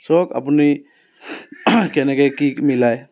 চাওক আপুনি কেনেকৈ কি মিলায়